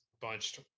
bunched